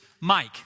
Mike